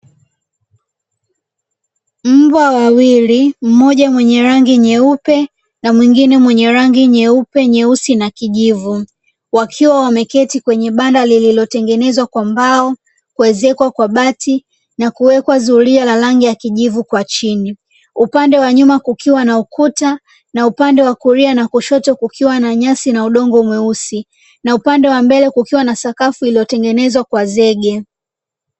Mbwa wawili, mmoja mwenye rangi nyeupe na mwengine mwenye rangi nyeupe, nyeusi na kijivu, wakiwa wameketi kwenye banda lililotengenezwa kwa mbao, kuezekwa kwa bati, na kuwekwa zulia la rangi ya kijivu kwa chini. Upande wa nyuma kukiwa na ukuta na upande wa kulia na kushoto kukiwa na nyasi na udongo mweusi, na upande wa mbele kukiwa na sakafu iliyotengenezwa kwa zege.